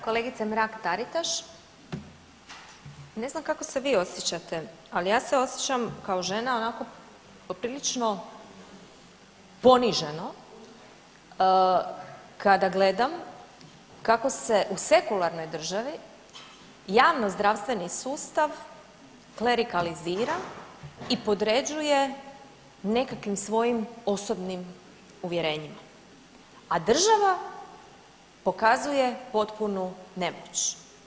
Kolegice Mrak-Taritaš, ne znam kako se vi osjećate, ali ja se osjećam kao žena onako poprilično poniženo kada gledam kako se u sekularnoj državi javnozdravstveni sustav klerikalizira i podređuje nekakvim svojim osobnim uvjerenjima, a država pokazuje potpunu nemoć.